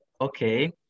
Okay